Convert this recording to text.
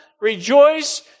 rejoice